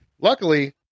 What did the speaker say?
Luckily